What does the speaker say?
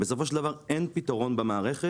בסופו של דבר אין פתרון במערכת